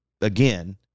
again